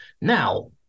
Now